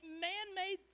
man-made